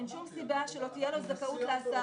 אין שום סיבה שלא תהיה לו זכאות להסעה.